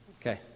Okay